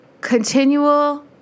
continual